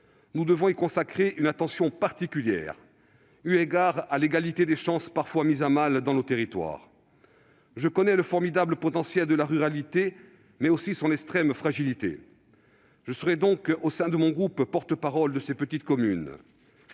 Nous devons y consacrer une attention particulière eu égard à l'égalité des chances, parfois mise à mal dans nos territoires. Je connais le formidable potentiel de la ruralité, mais aussi son extrême fragilité. Au sein de mon groupe, je serai donc porte-parole de ces petites communes.